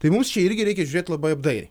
tai mums čia irgi reikia žiūrėt labai apdairiai